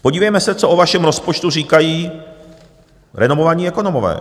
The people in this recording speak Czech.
Podívejme se, co o vašem rozpočtu říkají renomovaní ekonomové.